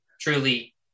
truly